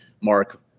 mark